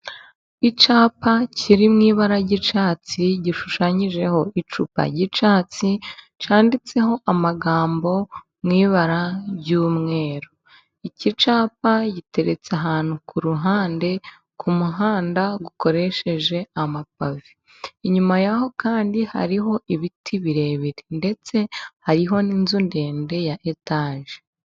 Icyapa kiri mu ibara ry'icyatsi, gishushanyijeho icupa ry'icyatsi. Cyanditseho amagambo mi ibara ry'umweru .lki cyapa giteretse ahantu ku ruhande ku muhanda ukoresheje amapave. Inyuma yaho kandi hari ibiti birebire ndetse hari n'inzu ndende ya etaje.